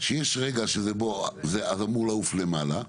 שיש רגע שבו אמור לעוף למעלה,